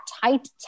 tight